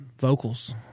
vocals